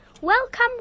Welcome